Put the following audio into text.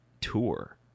tour